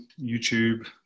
YouTube